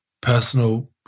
personal